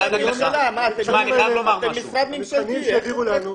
אתם משרד ממשלתית,